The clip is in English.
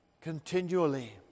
continually